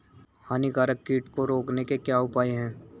हानिकारक कीट को रोकने के क्या उपाय हैं?